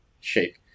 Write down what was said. shape